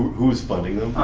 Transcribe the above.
who's funding them?